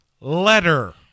letter